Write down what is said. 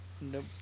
Nope